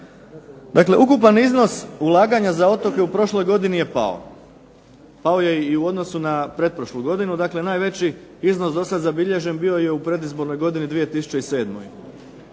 Dakle, ukupan iznos ulaganja za otoke u prošloj godini je pao. Pao je i u odnosu na pretprošlu godinu. Dakle najveći izvoz do sada zabilježen je u predizbornoj godini 2007.